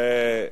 אוקיי.